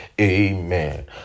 Amen